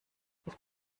mit